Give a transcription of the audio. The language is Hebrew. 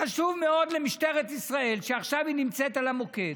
חשוב מאוד למשטרת ישראל, שעכשיו נמצאת על המוקד,